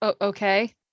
Okay